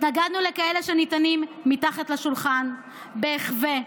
התנגדנו לכאלה שניתנים מתחת לשולחן בהיחבא.